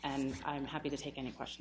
and i'm happy to take any question